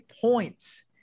points